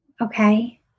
Okay